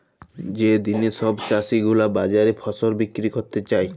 যে দিলে সব চাষী গুলা বাজারে ফসল বিক্রি ক্যরতে যায়